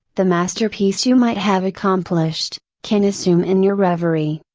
the masterpiece you might have accomplished, can assume in your reverie,